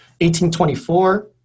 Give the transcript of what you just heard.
1824